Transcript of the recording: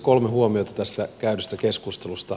kolme huomiota tästä käydystä keskustelusta